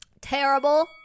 terrible